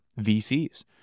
VCs